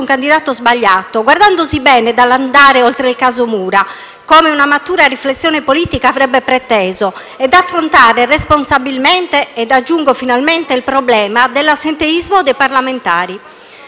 - un candidato sbagliato, guardandosi bene dall'andare oltre il caso Mura, come una matura riflessione politica avrebbe preteso, ed affrontare responsabilmente - ed aggiungo, finalmente - il problema dell'assenteismo dei parlamentari.